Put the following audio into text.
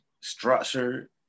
structure